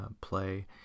play